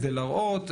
כדי להראות,